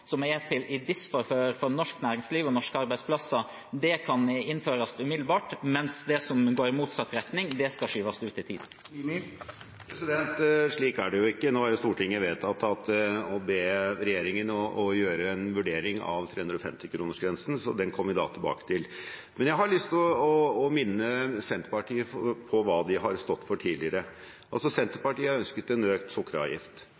som går i norsk næringsliv og norske arbeidsplassers disfavør, kan innføres umiddelbart, mens det som går i motsatt retning, skal skyves ut i tid? Slik er det jo ikke. Nå har Stortinget vedtatt å be regjeringen gjøre en vurdering av 350-kronersgrensen, så den kommer vi tilbake til. Jeg har lyst til å minne Senterpartiet på hva de har stått for tidligere. Senterpartiet har ønsket en økt sukkeravgift.